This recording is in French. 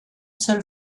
seule